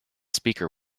speaker